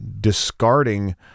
discarding